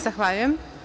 Zahvaljujem.